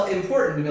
important